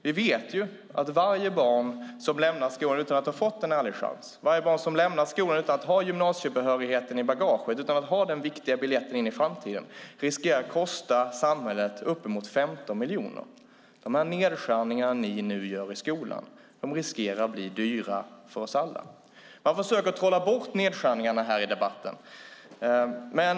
Vi vet att varje barn som lämnar skolan utan att ha fått en ärlig chans och utan att ha gymnasiebehörigheten i bagaget - denna viktiga biljett in i framtiden - riskerar att kosta samhället uppemot 15 miljoner. De nedskärningar ni nu gör i skolan riskerar att bli dyra för oss alla. Ni försöker trolla bort nedskärningarna här i debatten.